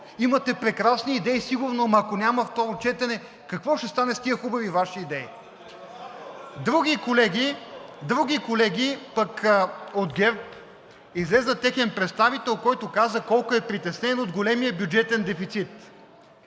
Имате прекрасни идеи сигурно, но ако няма второ четене, какво ще стане с тези хубави Ваши идеи?! (Шум и реплики.) Други колеги пък от ГЕРБ – излезе техен представител, който каза колко е притеснен от големия бюджетен дефицит.